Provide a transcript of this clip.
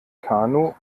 kanu